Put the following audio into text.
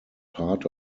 part